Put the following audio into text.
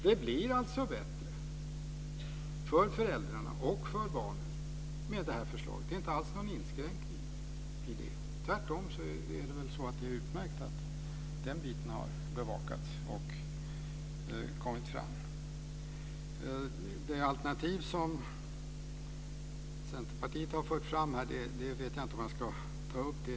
Det blir alltså bättre för föräldrarna och för barnen med det här förslaget. Det är inte alls någon inskränkning i det. Tvärtom är det utmärkt att den biten har bevakats och kommit fram. Det alternativ som Centerpartiet har fört fram vet jag inte om jag ska ta upp.